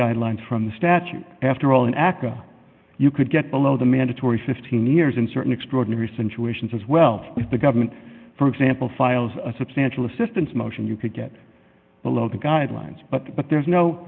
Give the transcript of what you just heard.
guidelines from the statute after all in aca you could get below the mandatory fifteen years in certain extraordinary situations as well if the government for example files a substantial assistance motion you could get below the guidelines but but there's no